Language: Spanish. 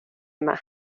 más